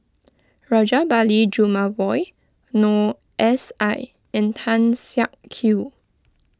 Rajabali Jumabhoy Noor S I and Tan Siak Kew